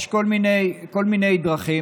יש כל מיני דרכים,